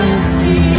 See